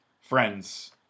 friends